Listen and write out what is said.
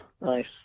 Nice